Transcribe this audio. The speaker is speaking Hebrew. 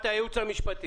את הייעוץ המשפטי.